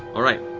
all right.